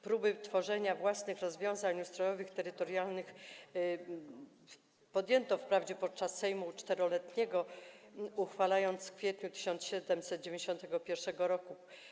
Próby tworzenia własnych rozwiązań ustrojowych, terytorialnych podjęto wprawdzie podczas Sejmu Czteroletniego, uchwalając w kwietniu 1791 r.